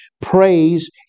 praise